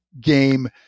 game